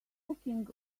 looking